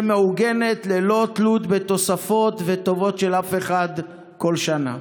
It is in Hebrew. מעוגנת ללא תלות בתוספות וטובות של אף אחד כל שנה?